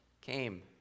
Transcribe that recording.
came